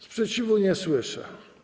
Sprzeciwu nie słyszę.